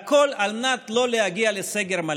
הכול על מנת לא להגיע לסגר מלא,